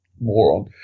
moron